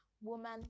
Woman